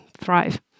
thrive